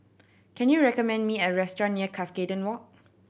can you recommend me a restaurant near Cuscaden Walk